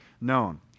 known